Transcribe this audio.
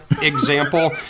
example